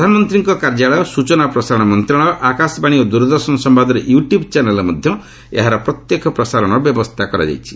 ପ୍ରଧାନମନ୍ତ୍ରୀଙ୍କ କାର୍ଯ୍ୟାଳୟ ସୂଚନା ଓ ପ୍ରସାରଣ ମନ୍ତ୍ରଣାଳୟ ଆକାଶବାଣୀ ଓ ଦ୍ୱରଦର୍ଶନ ସମ୍ଘାଦର ୟୁ ଟ୍ୟୁବ୍ ଚ୍ୟାନେଲରେ ମଧ୍ୟ ଏହାର ପ୍ରତ୍ୟେକ୍ଷ ପ୍ରସାରଣର ବ୍ୟବସ୍ଥା କରାଯାଇଛି